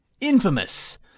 Infamous